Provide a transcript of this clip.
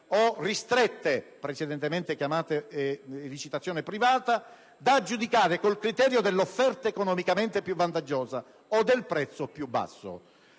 o ristrette (precedentemente denominata a licitazione privata), da giudicare con il criterio dell'offerta economicamente più vantaggiosa o del prezzo più basso.